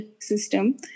system